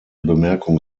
bemerkung